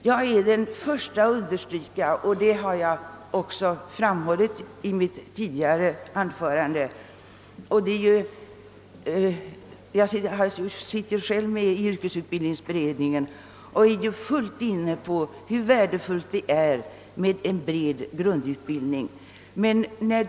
Jag är den första att understryka — detta har jag också framhållit i mitt tidigare anförande — värdet av en bred grundutbildning. Jag sitter själv med i yrkesutbildningsberedningen och är helt på det klara med hur värdefull en sådan bred grundutbildning är.